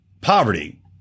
Poverty